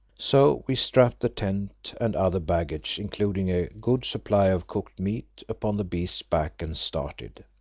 so we strapped the tent and other baggage, including a good supply of cooked meat, upon the beast's back, and started.